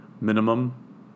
minimum